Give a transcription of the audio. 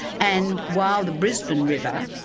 and while the brisbane river,